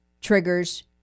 triggers